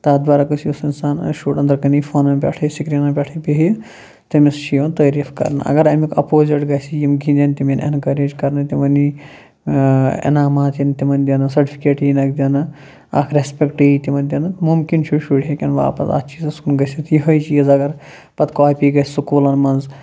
تَتھ بَرعکس یُس اِنسان شُر أنٛدرٕ کَنی فونَن پٮ۪ٹھٕے سِکریٖنَن پٮ۪ٹھٕے بیٚہہِ تٔمِس چھِ یِوان تٲریٖف کَرنہٕ اگر اَمیُک اَپوزِٹ گَژھِ یِم گِنٛدن تِم یِن اٮ۪نکیج کَرنہٕ تِمَن یی اِنعامات یِن تِمَن دِنہٕ سَٹفِکیٹ یی نَکھ دِنہٕ اَکھ رٮ۪سپٮ۪کٹ یی تِمَن دِنہٕ مُمکِن چھُ شُرۍ ہیٚکن واپَس اَتھ چیٖزَس کُن گٔژھِتھ یِہٕے چیٖز اگر پَتہٕ کاپی گژھِ سکوٗلَن منٛز